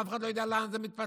אף אחד לא יודע לאן זה מתפתח.